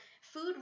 food